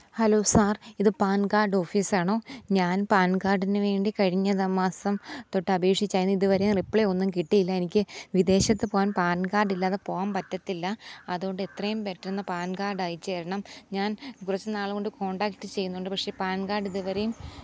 hello sir ഇത് PAN card ഓഫിസാണോ ഞാന് പാന് കാഡിന് വേണ്ടി കഴിഞ്ഞ ദ മാസം തൊട്ടപേക്ഷിച്ച് അതിനിതുവരെയും റിപ്ലേ ഒന്നും കിട്ടിയില്ല എനിക്ക് വിദേശത്ത് പോവാന് പാന് കാഡില്ലാതെ പോവാന് പറ്റത്തില്ല അതുകൊണ്ട് എത്രയും പെട്ടെന്ന് പാന് കാഡയച്ചരണം ഞാന് കുറച്ചുനാളുകൊണ്ട് കോണ്ടാക്റ്റ് ചെയ്യുന്നുണ്ട് പക്ഷെ പാന് കാഡ് ഇതുവരെയും